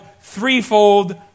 threefold